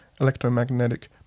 electromagnetic